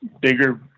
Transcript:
bigger